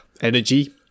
energy